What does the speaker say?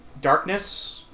darkness